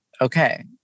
okay